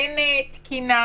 אין תקינה,